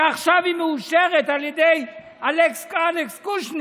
ועכשיו היא מאושרת על ידי אלכס קושניר,